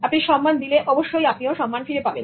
আপনি সম্মান দিলে অবশ্যই আপনি ও সম্মান ফিরে পাবেন